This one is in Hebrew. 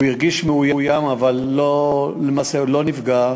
הוא הרגיש מאוים אבל למעשה הוא לא נפגע.